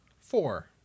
Four